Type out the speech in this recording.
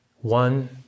One